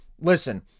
listen